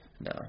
No